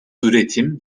üretim